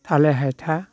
थालिर हायथा